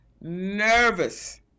nervous